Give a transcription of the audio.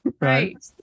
Right